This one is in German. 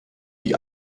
die